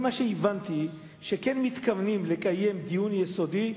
מה שהבנתי, שכן מתכוונים לקיים דיון יסודי,